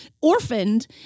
orphaned